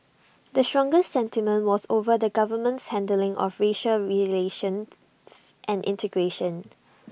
the strongest sentiment was over the government's handling of racial relations and integration